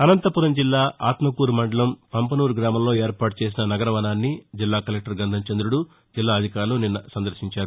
అనంతపురం జిల్లా ఆత్మకూరు మండలం పంపసూరు గ్రామంలో ఏర్పాటు చేసిన నగరవనాన్ని జిల్లా కలెక్టర్ గంధం చంద్రుడు జిల్లా అధికారులు నిస్న సందర్భించారు